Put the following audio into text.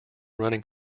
running